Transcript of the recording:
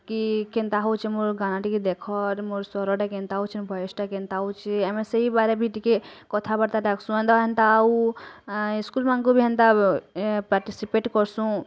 କି କେନ୍ତା ହଉଛେ ମୋର୍ ଗାଁ ଟିକେ ଦେଖ ମୋର୍ ସ୍ଵରଟା କେନ୍ତା ଆଉଛେ ଭଏସ୍ଟା କେନ୍ତା ଅଉସଛେ ଆମେ ସେଇବାରେ ବି ଟିକେ କଥାବାର୍ତ୍ତା ଡାକସୁଁ ହେନ୍ତା ହେନ୍ତା ଆଉ ସ୍କୁଲ୍ ମାନକୁଁ ବି ହେନ୍ତା ପାର୍ଟିସିପେଟ୍ କର୍ସୁଁ